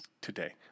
today